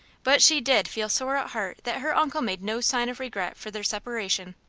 but she did feel sore at heart that her uncle made no sign of regret for their separation.